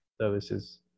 Services